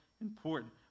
important